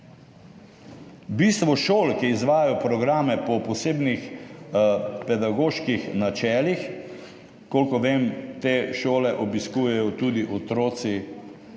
Bistvo šol, ki izvajajo programe po posebnih pedagoških načelih, kolikor vem, te šole obiskujejo tudi otroci